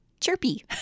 Chirpy